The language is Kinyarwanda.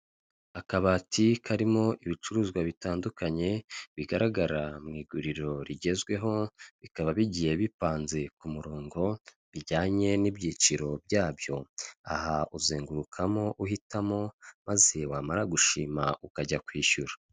Akabati karimo ibicuruzwa bitandukanye bigaragara mu iguriro rigezweho bikaba bigiye bipanze ku murongo bijyanye n'ibyiciro byabyo, aha uzengurukamo uhitamo maze wamara gushima ukajya kwishyura